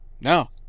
No